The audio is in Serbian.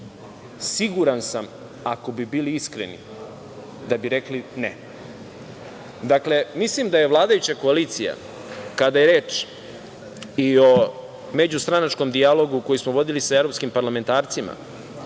siguran sam ako bi bili iskreni, da bi rekli ne. Mislim da je vladajuća koalicija kada je reč i o međustranačkom dijalogu koji smo vodili sa evropskim parlamentarcima